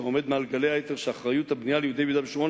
האומר מעל גלי האתר שאחריות הבנייה ליהודי יהודה ושומרון